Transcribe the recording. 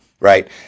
Right